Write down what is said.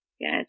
Good